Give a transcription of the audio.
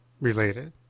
related